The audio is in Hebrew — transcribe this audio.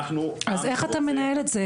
אנחנו עם שרוצה --- אז איך אתה מנהל את זה?